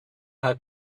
how